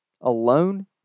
alone